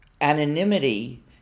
Anonymity